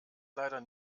leider